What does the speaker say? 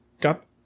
got